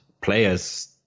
players